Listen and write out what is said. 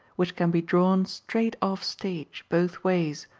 which can be drawn straight off stage, both ways,